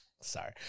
sorry